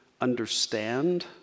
understand